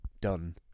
done